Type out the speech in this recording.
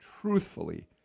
truthfully